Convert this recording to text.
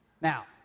Now